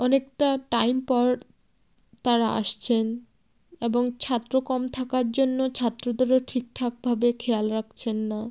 অনেকটা টাইম পর তারা আসছেন এবং ছাত্র কম থাকার জন্য ছাত্রদেরও ঠিকঠাকভাবে খেয়াল রাখছেন না